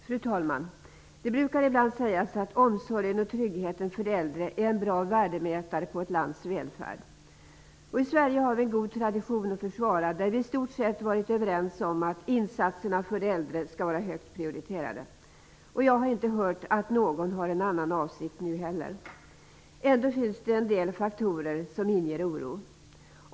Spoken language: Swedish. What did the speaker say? Herr talman! Det brukar ibland sägas att omsorgen och tryggheten för de äldre är en bra värdemätare på ett lands välfärd. I Sverige har vi en god tradition att försvara, där vi i stort sett varit överens om att insatserna för de äldre skall vara högt prioriterade. Jag har inte hört att någon har en annan avsikt nu heller. Ändå finns en del faktorer som inger oro.